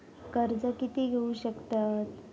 कर्ज कीती घेऊ शकतत?